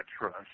trust